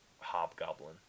Hobgoblin